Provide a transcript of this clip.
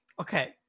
Okay